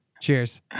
Cheers